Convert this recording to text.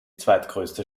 zweitgrößte